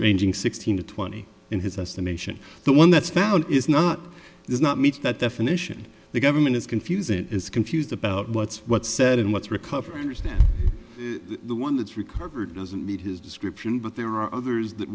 ranging sixteen to twenty in his estimation the one that's found is not does not meet that definition the government is confusing it is confused about what's what's said and what's recovery understand the one that's recovered doesn't meet his description but there are others that